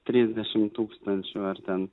trisdešimt tūkstančių ar ten